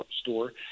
store